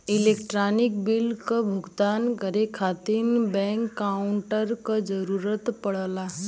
electronic bill क भुगतान करे खातिर बैंक अकांउट क जरूरत पड़ला